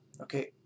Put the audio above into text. Okay